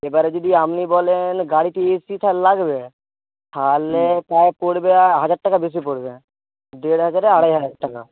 এবারে যদি আমনি বলেন গাড়িটি এসিটা লাগবে থাহলে প্রায় পড়বে হাজার টাকা বেশি পড়বে দেড় হাজারে আড়াই হাজার টাকা